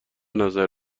نظر